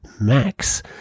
max